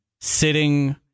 sitting